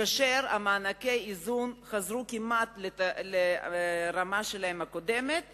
כאשר מענקי האיזון חזרו כמעט לרמה הקודמת שלהם.